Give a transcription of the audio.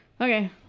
Okay